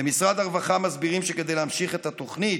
במשרד הרווחה מסבירים שכדי להמשיך את התוכנית,